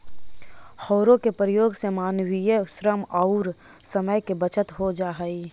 हौरो के प्रयोग से मानवीय श्रम औउर समय के बचत हो जा हई